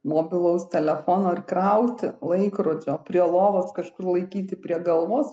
mobilaus telefono ar krauti laikrodžio prie lovos kažkur laikyti prie galvos